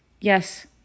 yes